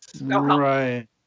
Right